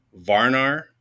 Varnar